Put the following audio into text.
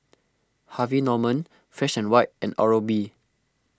Harvey Norman Fresh and White and Oral B